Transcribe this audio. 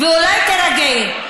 ואולי תירגעי.